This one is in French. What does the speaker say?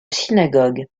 synagogues